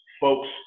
folks